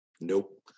Nope